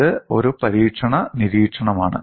ഇത് ഒരു പരീക്ഷണ നിരീക്ഷണമാണ്